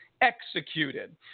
executed